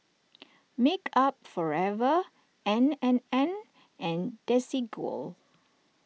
Makeup Forever N and N and Desigual